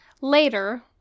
later